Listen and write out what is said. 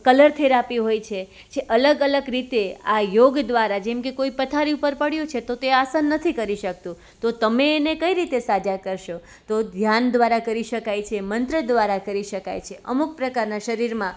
colour therapy હોય છે જે અલગ અલગ રીતે આ યોગ દ્વારા જેમ કે કોઈ પથારી ઉપર પડ્યું છે તો તે આસન નથી કરી શકતું તો તમે એને કઈ રીતે સાજા કરશો તો ધ્યાનદ્વારા કરી શકાય છે મંત્ર દ્વારા કરી શકાય છે અમુક પ્રકારના શરીરમાં